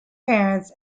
parents